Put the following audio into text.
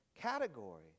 category